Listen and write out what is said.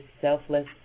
selfless